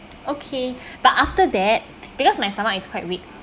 okay but after that because my stomach is quite weak